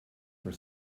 for